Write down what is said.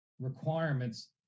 requirements